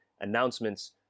announcements